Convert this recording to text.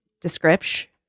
description